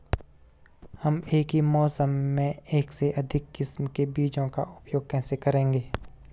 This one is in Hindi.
हम एक ही मौसम में एक से अधिक किस्म के बीजों का उपयोग कैसे करेंगे?